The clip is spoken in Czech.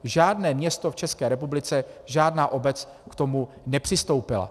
Žádné město v České republice, žádná obec k tomu nepřistoupila.